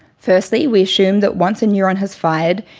firstly, we assume that once a neuron has fired,